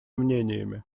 мнениями